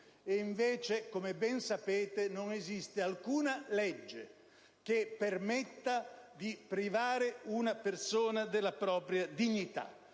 Invece, come ben sapete, non esiste alcuna legge che permetta di privare una persona della propria dignità: